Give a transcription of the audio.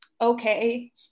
Okay